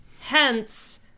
Hence